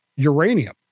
uranium